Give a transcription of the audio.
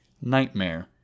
Nightmare